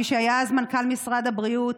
מי שהיה אז מנכ"ל משרד הבריאות,